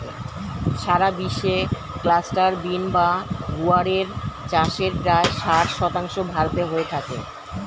সারা বিশ্বে cluster bean বা গুয়ার এর চাষের প্রায় ষাট শতাংশ ভারতে হয়ে থাকে